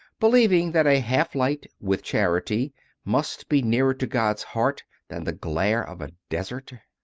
believ ing that a half-light with charity must be nearer to god s heart than the glare of a desert.